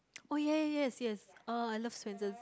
oh ya ya yes yes oh I love Swensen's